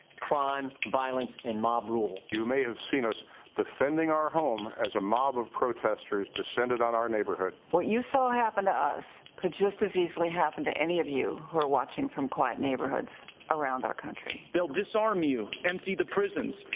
crime, violence, and mob rule. you may have seen us defending our home as a mob of protesters descended on our neighborhood. what you saw happen to us could just as easily happen to any of you who are watching from quiet neighborhoods around our country. they'll disarm you, empty the prisons,